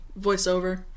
voiceover